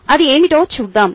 అది ఏమిటో చూద్దాం